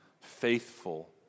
faithful